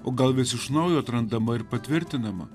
o gal vis iš naujo atrandama ir patvirtinama